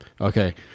Okay